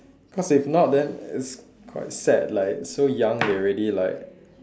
cause if not then it's quite sad like so young they already like